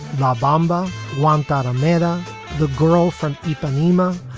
la bamba one got amanda the girl from ipanema.